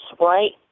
right